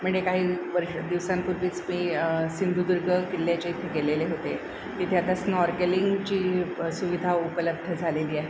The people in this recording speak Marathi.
म्हणजे काही वर्ष दिवसांपूर्वीच मी सिंधुदुर्ग किल्ल्याचे इथे गेलेले होते तिथे आता स्नॉर्गेलिंगची सुविधा उपलब्ध झालेली आहे